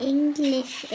English